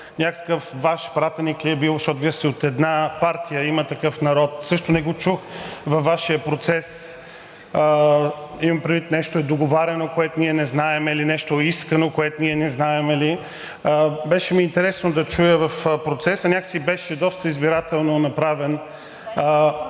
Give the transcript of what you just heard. някакъв Ваш пратеник ли е бил, защото Вие сте от една партия – „Има такъв народ“, също не го чух във Вашия процес, имам предвид, нещо е договаряно, което ние не знаем ли, нещо е искано, което ние не знаем ли? Беше ми интересно да чуя в процеса, някак си беше доста избирателно направен